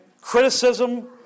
criticism